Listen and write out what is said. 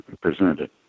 presented